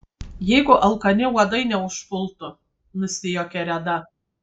jeigu alkani uodai neužpultų nusijuokė reda